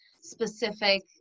specific